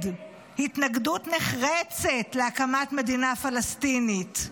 התנגדות נחרצת להקמת מדינה פלסטינית.